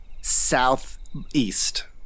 southeast